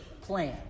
plan